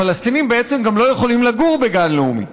פלסטינים בעצם גם לא יכולים לגור בגן לאומי,